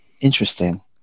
interesting